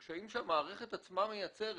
קשיים שהמערכת עצמה מייצרת.